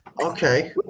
Okay